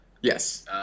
Yes